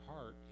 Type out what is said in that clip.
heart